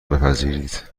بپذیرید